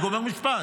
אני גומר משפט.